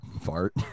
fart